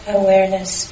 awareness